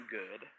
good